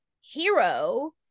hero